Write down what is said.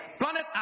planet